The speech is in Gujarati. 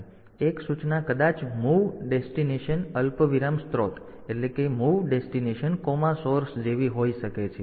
તેથી એક સૂચના કદાચ મૂવ ડેસ્ટિનેશન અલ્પવિરામ સ્ત્રોત જેવી હોઈ શકે છે